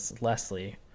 Leslie